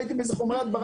ראיתי איזה חומרי הדברה